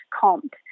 comp